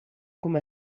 come